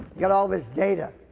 got all this data.